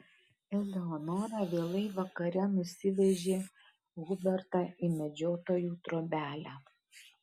eleonora vėlai vakare nusivežė hubertą į medžiotojų trobelę